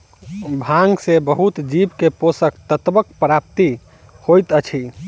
भांग सॅ बहुत जीव के पोषक तत्वक प्राप्ति होइत अछि